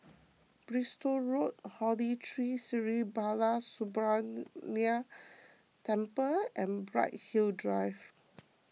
Bristol Road Holy Tree Sri Balasubramaniar Temple and Bright Hill Drive